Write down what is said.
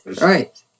right